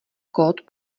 kód